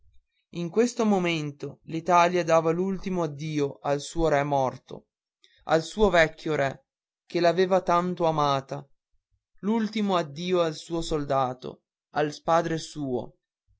in questo momento l'italia dava l'ultimo addio al suo re morto al suo vecchio re che l'aveva tanto amata l'ultimo addio al suo soldato al padre suo